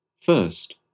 First